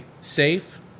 safe